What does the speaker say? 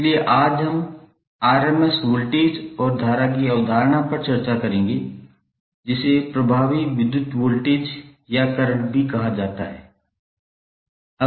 इसलिए आज हम RMS वोल्टेज और धारा की अवधारणा पर चर्चा करेंगे जिसे प्रभावी विद्युत वोल्टेज या करंट भी कहा जाता है